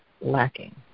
lacking